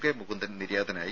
K Mukundan നിര്യാതനായി